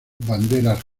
bandera